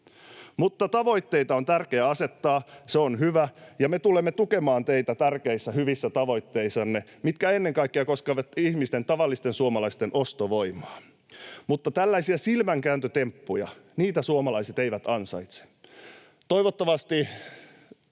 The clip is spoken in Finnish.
Mutta tavoitteita on tärkeä asettaa, se on hyvä, ja me tulemme tukemaan teitä tärkeissä, hyvissä tavoitteissanne, mitkä ennen kaikkea koskevat ihmisten, tavallisten suomalaisten, ostovoimaa, mutta tällaisia silmänkääntötemppuja suomalaiset eivät ansaitse. Toivottavasti